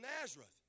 Nazareth